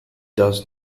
does